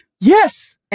Yes